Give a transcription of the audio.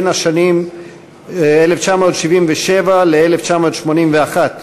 בשנים 1977 1981,